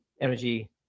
energy